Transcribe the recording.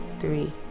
three